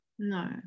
no